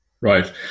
Right